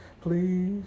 please